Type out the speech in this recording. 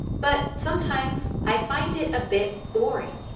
but sometimes i find it a bit boring.